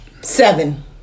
Seven